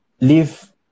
live